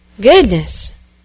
Goodness